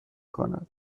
کند